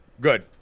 good